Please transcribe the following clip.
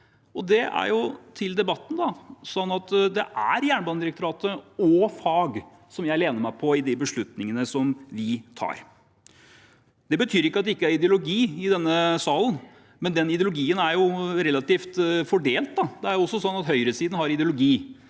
Til debatten: Det er Jernbanedirektoratet og fag jeg lener meg på i de beslutningene vi tar. Det betyr ikke at det ikke er ideologi i denne salen, men den ideologien er relativt fordelt. Høyresiden har også ideologi,